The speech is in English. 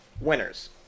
winners